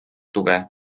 tuge